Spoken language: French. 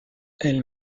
elle